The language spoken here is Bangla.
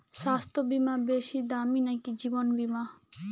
স্বাস্থ্য বীমা বেশী দামী নাকি জীবন বীমা?